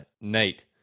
Nate